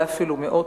אם לא מאות,